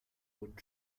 wurden